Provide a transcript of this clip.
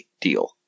deal